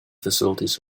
facilities